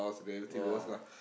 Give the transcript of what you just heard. ya